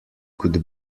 could